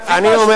אני אומר,